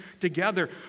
together